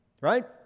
right